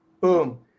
Boom